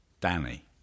Danny